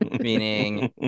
meaning